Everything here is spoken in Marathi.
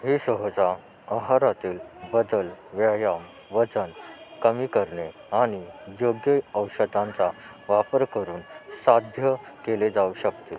हे सहज आहारातील बदल व्यायाम वजन कमी करणे आणि योग्य औषधांचा वापर करून साध्य केले जाऊ शकते